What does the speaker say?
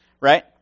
right